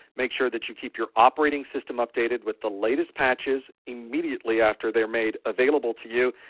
make sure that you keep your operating system updated with the latest patches immediately after they are made available to you.